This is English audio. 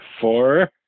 four